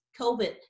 COVID